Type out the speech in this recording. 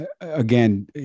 again